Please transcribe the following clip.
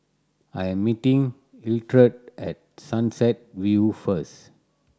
I am meeting Hildred at Sunset View first